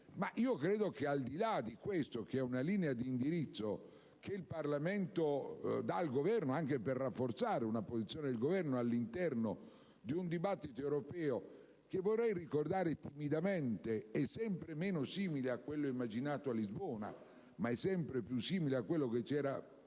Ma, al di là di questa, che è una linea di indirizzo che il Parlamento dà al Governo anche per rafforzare la posizione dell'Esecutivo all'interno di un dibattito europeo, vorrei ricordare timidamente che tale dibattito è sempre meno simile a quello immaginato a Lisbona e sempre più simile a quello che c'era prima